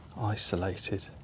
isolated